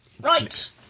right